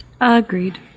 Agreed